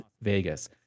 Vegas